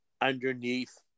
underneath